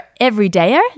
everydayer